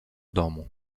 domu